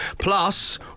Plus